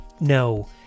no